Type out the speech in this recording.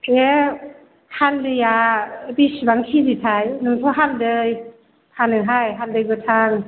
बे हाल्दैया बेसेबां केजिथाय नोंस्रा हालदै फानोहाय हालदै गोथां